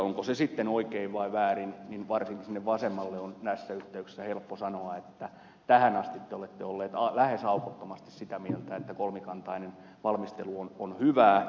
onko se sitten oikein vai väärin niin varsinkin sinne vasemmalle on näissä yhteyksissä helppo sanoa että tähän asti te olette olleet lähes aukottomasti sitä mieltä että kolmikantainen valmistelu on hyvä asia